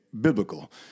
biblical